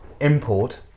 import